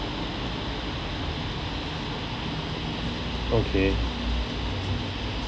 okay